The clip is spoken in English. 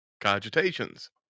Cogitations